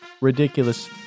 ridiculous